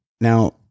Now